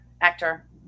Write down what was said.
actor